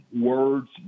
words